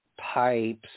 pipes